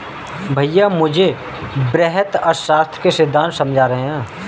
भैया मुझे वृहत अर्थशास्त्र के सिद्धांत समझा रहे हैं